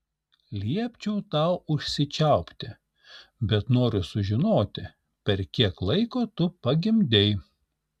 liepčiau tau užsičiaupti bet noriu sužinoti per kiek laiko tu pagimdei